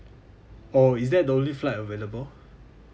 oh is that the only flight available